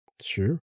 Sure